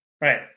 Right